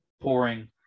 pouring